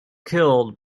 killed